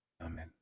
Amen